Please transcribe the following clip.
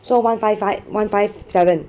so one five five one five seven